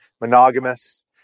monogamous